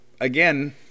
again